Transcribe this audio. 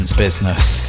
business